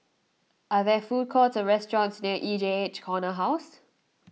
are there food courts or restaurants near E J H Corner House